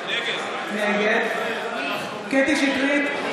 נגד קטי קטרין שטרית,